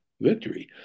victory